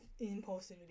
impulsivity